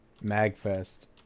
Magfest